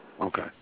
Okay